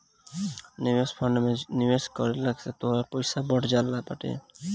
निवेश फंड में निवेश कइला से तोहार पईसा बढ़त बाटे